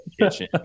kitchen